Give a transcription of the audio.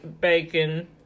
bacon